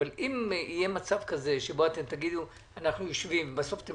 אם יהיה מצב כזה שבו אתם תגידו אנחנו יושבים ובסוף אתם